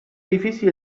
edifici